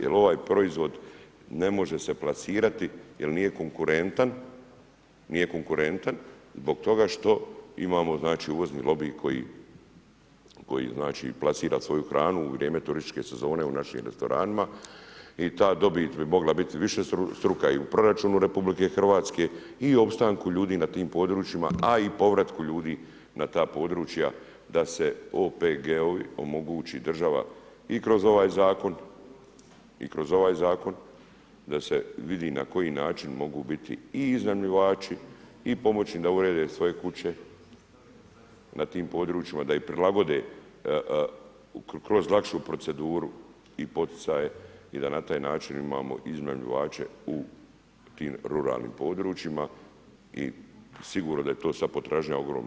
Jer ovaj proizvod ne može se plasirati jer nije konkurentan, nije konkurentan zbog toga što imamo uvozni lobi koji plasira svoju hranu u vrijeme turističke sezone u našim restoranima i ta dobit bi mogla biti višestruka i u proračunu RH i u opstanku ljudi na tim područjima, a i povratku ljudi na ta područja da se OPG-ovi omogući država i kroz ovaj zakon i kroz ovaj zakon da se vidi na koji način mogu biti i iznajmljivači i pomoćni da urede svoje kuće na tim područjima, da im prilagode kroz lakšu proceduru i poticaje i da na taj način imamo iznajmljivače u tim ruralnim područjima i sigurno da je to sad potražnja ogromna.